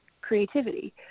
creativity